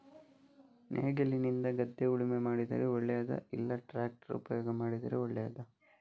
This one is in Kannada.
ನೇಗಿಲಿನಿಂದ ಗದ್ದೆ ಉಳುಮೆ ಮಾಡಿದರೆ ಒಳ್ಳೆಯದಾ ಇಲ್ಲ ಟ್ರ್ಯಾಕ್ಟರ್ ಉಪಯೋಗ ಮಾಡಿದರೆ ಒಳ್ಳೆಯದಾ?